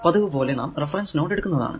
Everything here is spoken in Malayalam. പതിവ് പോലെ നാം റഫറൻസ് നോഡ് എടുക്കുന്നതാണ്